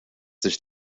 sich